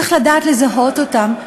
צריך לדעת לזהות אותן.